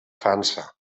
frança